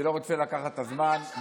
אני לא רוצה לקחת את הזמן.